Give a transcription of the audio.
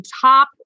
top